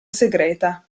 segreta